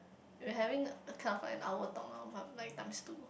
we're having a kind of like an hour talk now but like times two